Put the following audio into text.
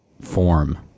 form